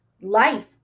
life